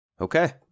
okay